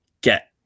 get